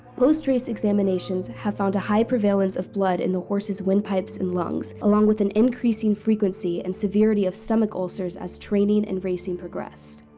post-race examinations have found a high prevalence of blood in the horses' windpipes and lungs, along with an increasing frequency and severity of stomach ulcers as training and racing progressed.